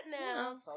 now